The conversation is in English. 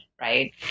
right